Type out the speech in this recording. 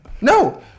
no